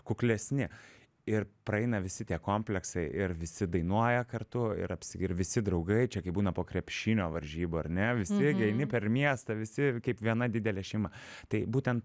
kuklesni ir praeina visi tie komleksai ir visi dainuoja kartu ir apsi ir visi draugai čia kai būna po krepšinio varžybų ar ne visi gi eini per miestą visi kaip viena didelė šeima tai būtent